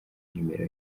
nimero